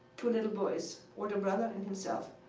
two little boys, older brother and himself.